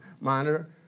monitor